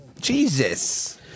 Jesus